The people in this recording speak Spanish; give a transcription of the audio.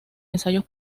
ensayos